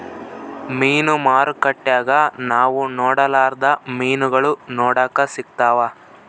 ಮೀನು ಮಾರುಕಟ್ಟೆಗ ನಾವು ನೊಡರ್ಲಾದ ಮೀನುಗಳು ನೋಡಕ ಸಿಕ್ತವಾ